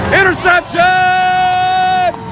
Interception